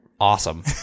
awesome